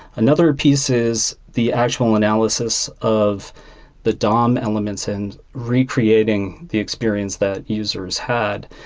another piece is the actual analysis of the dom elements and re-creating the experience that users had.